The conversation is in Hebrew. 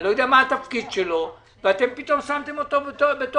אני לא יודע מה התפקיד שלו ואתם שמתם אותו כבוחן.